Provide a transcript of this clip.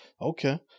Okay